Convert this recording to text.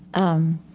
um,